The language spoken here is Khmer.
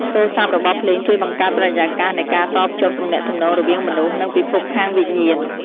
សូរ្យស័ព្ទរបស់ភ្លេងជួយបង្កើតបរិយាកាសនៃការតភ្ជាប់ទំនាក់ទំនងរវាងមនុស្ស និងពិភពខាងវិញ្ញាណ។